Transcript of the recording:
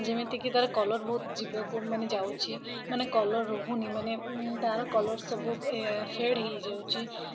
ଯେମିତି କି ତା'ର କଲର୍ ବହୁତ ଯିବାକୁ ମାନେ ଯାଉଛି ମାନେ କଲର୍ ରହୁନି ମାନେ ତା'ର କଲର୍ ସବୁ ଫେଡ଼୍ ହେଇଯାଉଛି